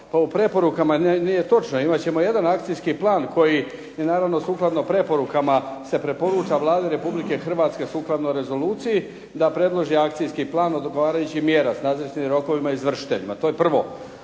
po preporukama. Nije točno, imati ćemo jedan akcijski plan koji je naravno sukladno preporukama se preporuča Vladi Republike Hrvatske sukladno rezoluciji da predloži akcijski plan odgovarajućih mjera s različitim rokovima i izvršiteljima. To je prvo.